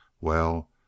Well